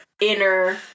inner